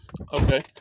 Okay